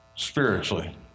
Spiritually